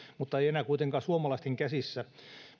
mutta ei enää kuitenkaan suomalaisten käsissä